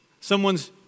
someone's